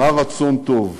מה רצון טוב,